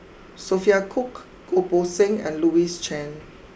Sophia Cooke Goh Poh Seng and Louis Chen